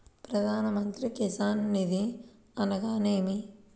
ప్రధాన మంత్రి కిసాన్ నిధి అనగా నేమి?